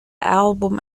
album